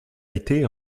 été